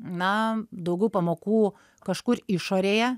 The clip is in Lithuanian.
na daugiau pamokų kažkur išorėje